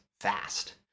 fast